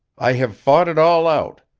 i have fought it all out.